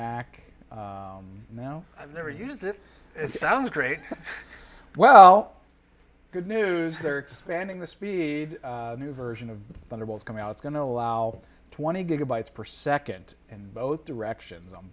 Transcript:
mac now i've never used it it sounds great well good news they're expanding the speed new version of the novel is coming out it's going to allow twenty gigabytes per second and both directions on